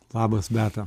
labas beata